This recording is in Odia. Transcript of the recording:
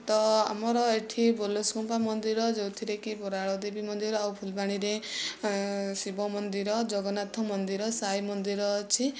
ତ ଆମର ଏଠି ବୋଲେସ୍କୁମ୍ପା ମନ୍ଦିର ଯେଉଁଥିରେକି ବରାଳଦେବୀ ମନ୍ଦିର ଆଉ ଫୁଲବାଣୀରେ ଶିବ ମନ୍ଦିର ଜଗନ୍ନାଥ ମନ୍ଦିର ସାଇ ମନ୍ଦିର ଅଛି